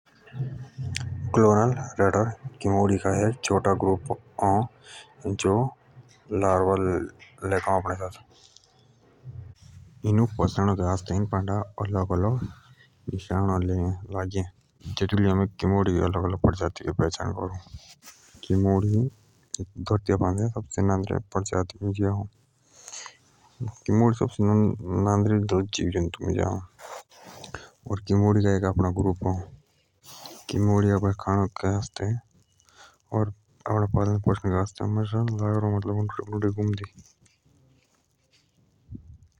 क्लोरल लेटर किमोडि का एक छोटा झुंड अः जो लार्वा लेजाअ आपडे साथ इनु फचाणन के आस्ते इनू पान्डा अलग-अलग निशान अ लेइए एतु लेई आम किमोडि का पता सकु लाएं। किमोडि घरती पान्द सबसे नादरे जीव अ किमोडि का आपडा गुर्प अ जो लागे र उनडि पुनडि बागदी।